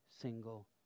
single